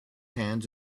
hands